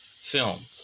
film